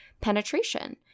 penetration